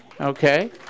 okay